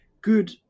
good